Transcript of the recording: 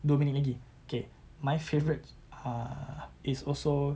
dua minit lagi okay my favourite ah is also